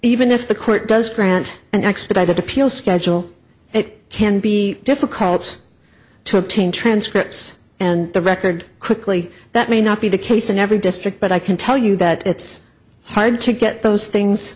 even if the court does grant an expedited appeal schedule it can be difficult to obtain transcripts and the record quickly that may not be the case in every district but i can tell you that it's hard to get those things